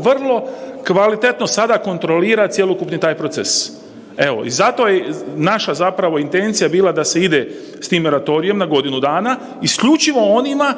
vrlo kvalitetno sada kontrolira cjelokupni taj proces. Evo i zato je naša intencija bila da se ide s tim moratorijem na godinu dana, isključivo onima